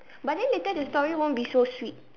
but then later the story won't be so sweet